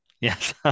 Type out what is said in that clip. Yes